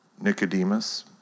Nicodemus